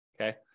okay